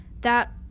that-